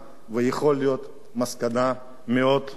מסקנה מאוד מאוד כבדה.